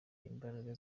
imbaraga